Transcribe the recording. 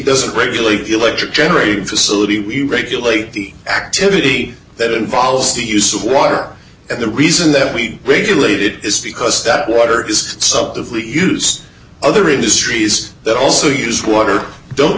doesn't regulate the electric generating facility we regulate the activity that involves the use of water and the reason that we regulate it is because that water is used other industries that also use water don't